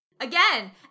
Again